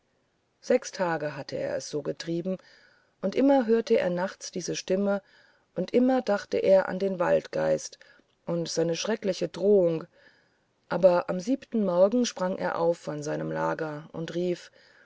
sechs tage hatte er es so getrieben und immer hörte er nachts diese stimme und immer dachte er an den waldgeist und seine schreckliche drohung aber am siebenten morgen sprang er auf von seinem lager und rief